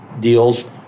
deals